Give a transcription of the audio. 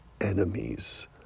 enemies